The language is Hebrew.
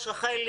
רחלי,